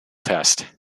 test